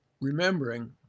remembering